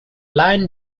lion